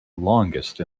longest